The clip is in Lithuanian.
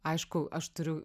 aišku aš turiu